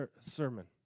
sermon